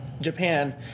Japan